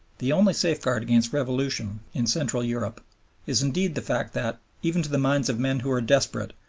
the only safeguard against revolution in central europe is indeed the fact that, even to the minds of men who are desperate,